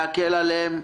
להקל עליהם?